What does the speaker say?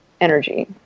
energy